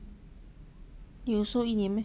有收一年 meh